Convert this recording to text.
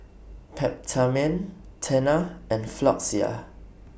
Peptamen Tena and Floxia